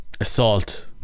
assault